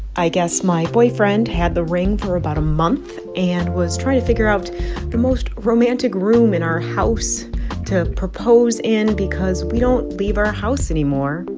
i guess my boyfriend had the ring for about a month and was trying to figure out the most romantic room in our house to propose in because we don't leave our house anymore.